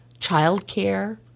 childcare